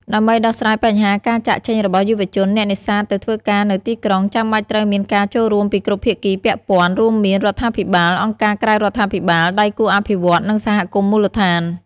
ដើម្បីដោះស្រាយបញ្ហាការចាកចេញរបស់យុវជនអ្នកនេសាទទៅធ្វើការនៅទីក្រុង ចាំបាច់ត្រូវមានការចូលរួមពីគ្រប់ភាគីពាក់ព័ន្ធ រួមមាន រដ្ឋាភិបាល អង្គការក្រៅរដ្ឋាភិបាល ដៃគូអភិវឌ្ឍន៍ និងសហគមន៍មូលដ្ឋាន។